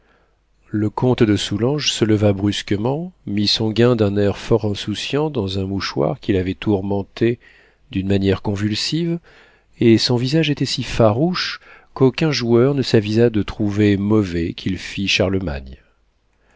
le comte de soulanges se leva brusquement mit son gain d'un air fort insouciant dans un mouchoir qu'il avait tourmenté d'une manière convulsive et son visage était si farouche qu'aucun joueur ne s'avisa de trouver mauvais qu'il fît charlemagne